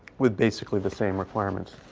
with basically the same requirements.